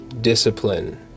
discipline